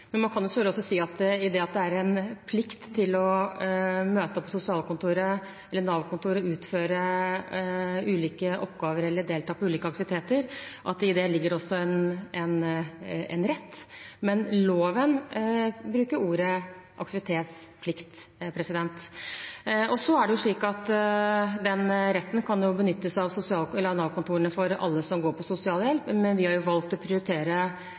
men vi kan jo selvfølgelig også si at i det at det er en plikt å møte opp på Nav-kontoret og utføre ulike oppgaver eller delta i ulike aktiviteter, ligger det også en rett. Men loven bruker ordet «aktivitetsplikt». Den retten kan benyttes av Nav-kontorene for alle som går på sosialhjelp, men de har valgt å prioritere